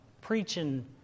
preaching